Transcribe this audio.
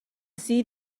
see